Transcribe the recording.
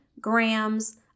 grams